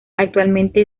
actualmente